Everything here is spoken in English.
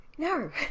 No